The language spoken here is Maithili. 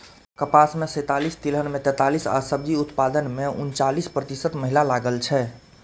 कपास मे सैंतालिस, तिलहन मे पैंतालिस आ सब्जी उत्पादन मे उनचालिस प्रतिशत महिला लागल छै